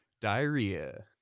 diarrhea